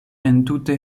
entute